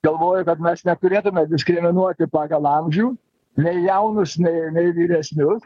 galvoju kad mes neturėtume diskriminuoti pagal amžių nei jaunus nei nei vyresnius